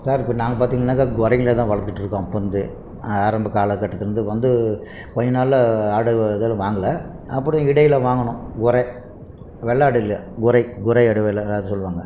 sir இப்போ நாங்கள் பார்த்திங்கள்னாக்கா குறைங்கள தான் வளர்த்துட்டு இருக்கோம் அப்போருந்து ஆரம்ப கால கட்டத்துலேருந்து வந்து கொஞ்ச நாளில் ஆடுகள் எதுவும் வாங்கல அப்புறம் இடையில் வாங்குனோம் குற வெள்ளாடு இல்லை குறை குறை ஆடு வெள்ளாடு சொல்லுவாங்க